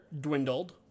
dwindled